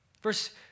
Verse